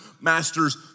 master's